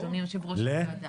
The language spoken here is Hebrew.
אדוני יושב ראש הוועדה.